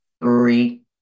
three